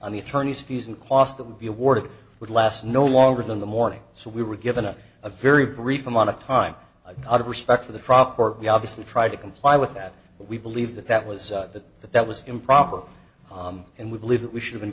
on the attorneys fees and costs that would be awarded would last no longer than the morning so we were given a a very brief amount of time out of respect for the trial court we obviously tried to comply with that but we believe that that was that that that was improper and we believe that we should have been